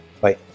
Bye